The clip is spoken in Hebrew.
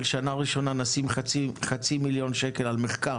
השנה הראשונה נשים חצי מיליון שקל על מחקר,